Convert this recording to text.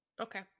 Okay